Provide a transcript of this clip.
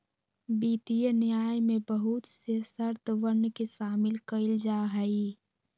वित्तीय न्याय में बहुत से शर्तवन के शामिल कइल जाहई